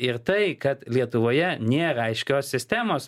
ir tai kad lietuvoje nėra aiškios sistemos